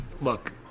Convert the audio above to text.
look